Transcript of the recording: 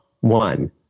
one